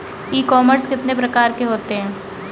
ई commerce कितने प्रकार के होते हैं?